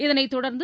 இதனைத் தொடர்ந்து